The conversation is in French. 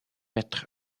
petr